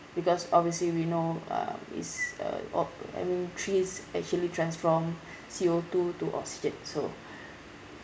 because obviously we know uh is uh o~ I mean trees actually transform C_O two to oxygen so